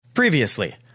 previously